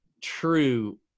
true